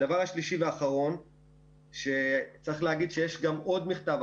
3. צריך להגיד שיש עוד מכתב.